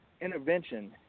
Intervention